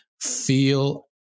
feel